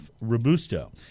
Robusto